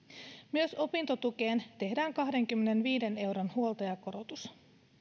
myös opintotukeen tehdään kahdenkymmenenviiden euron huoltajakorotus